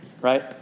right